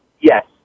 yes